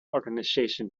organization